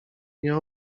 nie